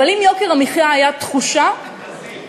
אבל אם יוקר המחיה היה תחושה חזיר.